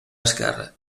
esquerre